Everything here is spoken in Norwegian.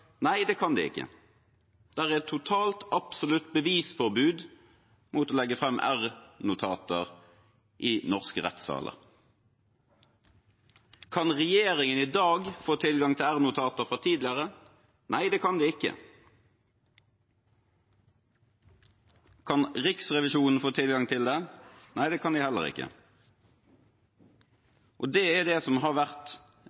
Nei, det kan de ikke. Det er et totalt, absolutt bevisforbud mot å legge fram r-notater i norske rettssaler. Kan regjeringen i dag få tilgang til r-notater fra tidligere? Nei, det kan den ikke. Kan Riksrevisjonen få tilgang til det? Nei, det kan den heller